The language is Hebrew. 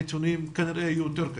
הנתונים כנראה יהיו יותר קשים.